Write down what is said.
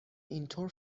اینطور